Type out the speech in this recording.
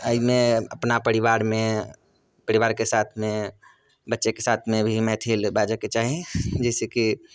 अइमे अपना परिवारमे परिवारके साथमे बच्चेके साथमे भी मैथिल बाजऽके चाही जैसे कि